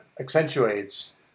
accentuates